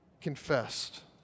confessed